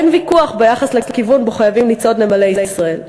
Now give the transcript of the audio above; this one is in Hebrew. אין ויכוח ביחס לכיוון שבו חייבים לצעוד נמלי ישראל.